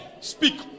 speak